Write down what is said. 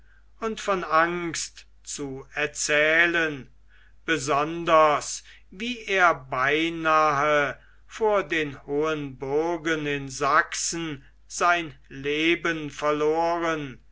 und von angst zu erzählen besonders wie er beinahe vor den hohen burgen in sachsen sein leben verloren